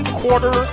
quarter